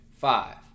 five